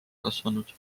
kasvanud